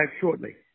shortly